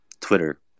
twitter